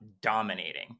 dominating